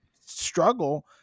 struggle